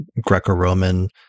Greco-Roman